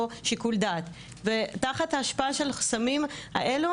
או שיקול דעת ותחת ההשפעה של סמים האלו,